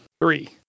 three